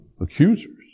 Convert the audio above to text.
accusers